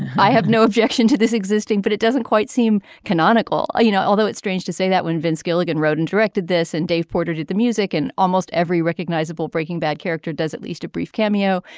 i have no objection to this existing but it doesn't quite seem canonical you know although it's strange to say that when vince gilligan wrote and directed this and dave porter did the music and almost every recognizable breaking bad character does at least a brief cameo.